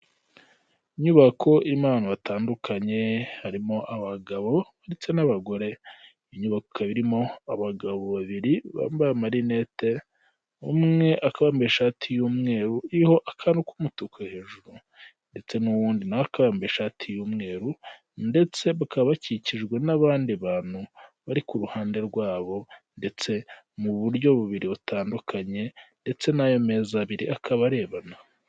Inyubako irimo abantu batandukanye harimo abagabo ndetse n'abagore inyubako ikaba irimo abagabo babiri bambaye amarinete umwe akaba yambaye ishati y'umweru iriho akantu k'umutuku hejuru ndetse n'uwundi nawe akaba yambaye ishati y'umweru ndetse bakaba bakikijwe n'abandi bantu bari ku ruhande rwabo ndetse mu buryo bubiri butandukanye ndetse n'ayo meza abiri akaba arebana.